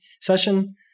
session